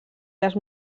les